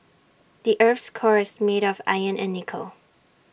the Earth's core is made of iron and nickel